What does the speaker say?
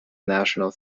national